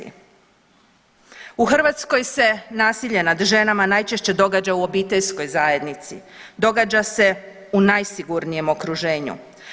U Hrvatskoj se nasilje nad ženama najčešće događa u obiteljskoj zajednici, događa se u najsigurnijem okruženju.